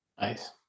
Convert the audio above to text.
Nice